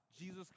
Jesus